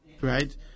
right